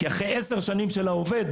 כי אחרי עשר שנים של העובד